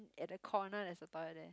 at the corner there's a toilet there